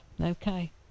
okay